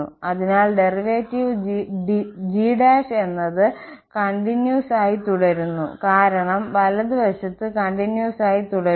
അതിനാൽ derivative g എന്നത് continuous ആയി തുടരുന്നു കാരണം വലതുവശത്ത് കണ്ടിന്വസ് ആയി തുടരുന്നു